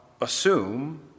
assume